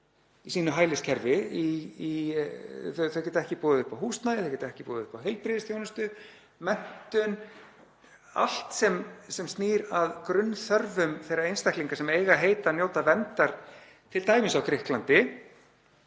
í sínu hæliskerfi, þau geta ekki boðið upp á húsnæði, þau geta ekki boðið upp á heilbrigðisþjónustu, menntun, allt sem snýr að grunnþörfum þeirra einstaklinga sem eiga að njóta verndar, t.d. á Grikklandi